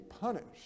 punished